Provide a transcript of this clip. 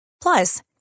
Plus